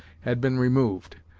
had been removed,